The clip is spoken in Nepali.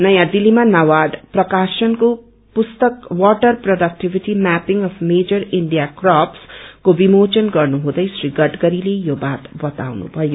नयौं दिल्लीमा नाबार्ड प्रकाशनको पुस्तक water productivity mapping of major Indian crops को विमोचन गर्नुहुँदै श्री गडकरीले यो बात बताउनु भयो